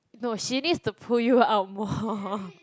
no she needs to pull you out more